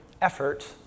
effort